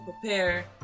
prepare